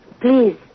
please